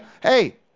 Hey